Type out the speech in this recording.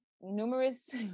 numerous